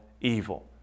evil